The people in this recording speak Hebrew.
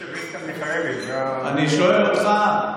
שיר של רבקה מיכאלי, אני שואל אותך: